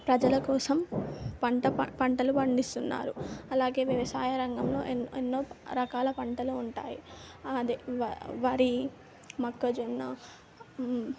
ప్రజల కోసం పంట ప పంటలు పండిస్తున్నారు అలాగే వ్యవసాయ రంగంలో ఎన్నో ఎన్నో రకాల పంటలు ఉంటాయి అదే వ వరి మొక్కజొన్న